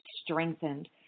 strengthened